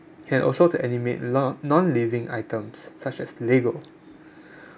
and also to animate no~ nonliving items such as Lego